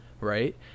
right